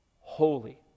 holy